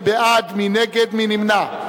מי בעד, מי נגד, מי נמנע?